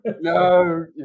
No